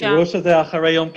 46,000 --- תראו שזה אחרי יום כיפור,